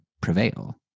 prevail